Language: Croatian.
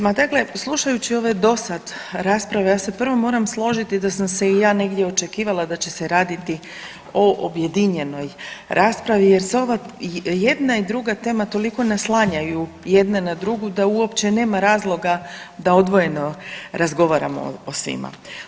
Ma dakle, slušajući ove do sad rasprave, ja se prvo moram složiti da sam se i ja negdje očekivala da će se raditi o objedinjenoj raspravi jer se ova i jedna i druga tema toliko naslanjaju jedna na drugu, da uopće nema razloga da odvojeno razgovaramo o svima.